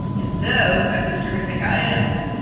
those are some terrific items!